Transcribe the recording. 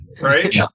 right